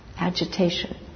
agitation